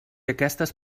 aquestes